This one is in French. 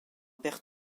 père